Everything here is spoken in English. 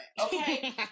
Okay